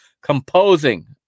composing